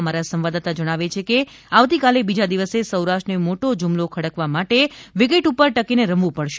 આમારા સંવાદદાતા જણાવે છે કે આવતીકાલે બીજા દિવસે સૌરાષ્ટ્રને મોટો જુમલો ખડકવા માટે વિકેટ ઉપર ટકીને રમવું પડશે